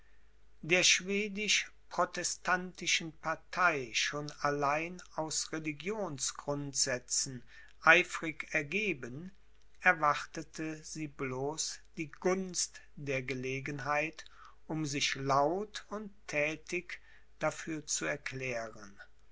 der schwedischprotestantischen partei schon allein aus religionsgrundsätzen eifrig ergeben erwartete sie bloß die gunst der gelegenheit um sich laut und thätig dafür zu erklären